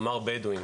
כלומר בדואים.